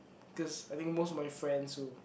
cause I think most of my friends who